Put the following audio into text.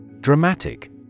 Dramatic